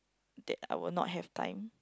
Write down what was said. that I will not have time